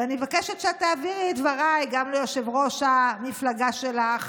ואני מבקשת שאת תעבירי את דבריי גם ליושב-ראש המפלגה שלך,